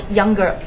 younger